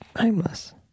homeless